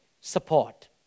support